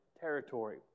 territory